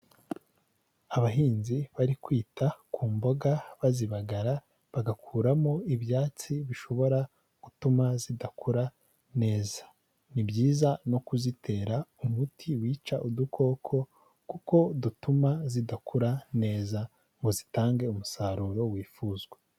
Abahinzi bari kwita ku mboga bazibagara bagakuramo ibyatsi bishobora gutuma zidakura neza, ni byiza no kuzitera umuti wica udukoko kuko dutuma zidakura neza ngo zitange umusaruro wifuzwa.